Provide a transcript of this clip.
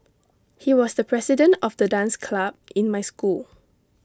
he was the president of the dance club in my school